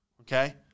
okay